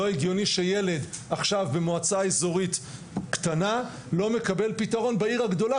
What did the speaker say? לא הגיוני שילד עכשיו במועצה אזורית קטנה לא מקבל פתרון בעיר הגדולה,